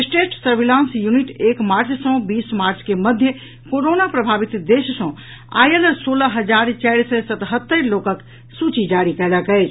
state surveillance unit एक March सँ बीस मार्च के मध्य कोरोना प्रभावित देश सँ आयल सोलह हजार चारि सय सतहत्तरि लोकक सूची जारी कयलक अछि